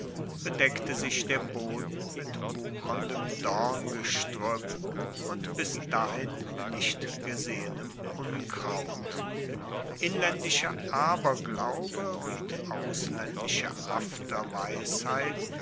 bedeckte sich der boden mit wucherndem domgestruepp und bis dahin nicht gesehenem unkraut inlaendischer aberglaube und auslaendische